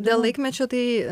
dėl laikmečio tai